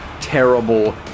terrible